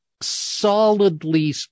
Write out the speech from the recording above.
solidly